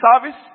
service